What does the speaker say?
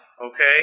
Okay